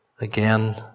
again